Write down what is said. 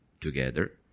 together